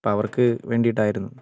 അപ്പോൾ അവർക്ക് വേണ്ടിയിട്ടായിരുന്നു